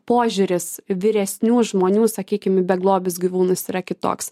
požiūris vyresnių žmonių sakykim į beglobius gyvūnus yra kitoks